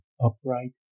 Upright